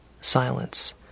silence